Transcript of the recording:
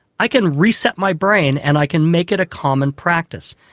i can reset my brain and i can make it a common practice.